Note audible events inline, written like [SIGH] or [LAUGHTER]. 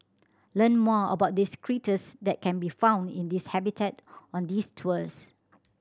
learn more about the [UNINTELLIGIBLE] that can be found in this habitat on these tours